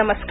नमस्कार